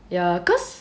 ya cause